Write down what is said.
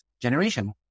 generation